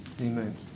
Amen